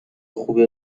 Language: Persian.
خوبه